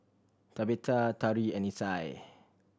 Tabetha Tari and Isai